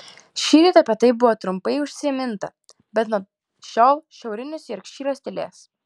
šįryt apie tai buvo trumpai užsiminta bet nuo šiol šiaurinis jorkšyras tylės